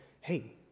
hey